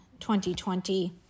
2020